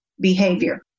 behavior